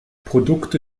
produkte